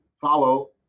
follow